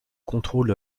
contrôle